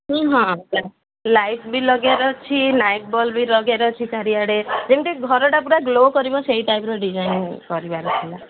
ହଁ ହଁ ଲାଇଟ୍ ବି ଲଗେଇାର ଅଛି ନାଇଟ ବଲ୍ବ ବି ଲଗେଇବାର ଅଛି ଚାରିଆଡ଼େ ଯେମିତି ଘରଟା ପୁରା ଗ୍ଲୋ କରିବ ସେଇ ଟାଇପ୍ର ଡିଜାଇନ କରିବାର ଥିଲା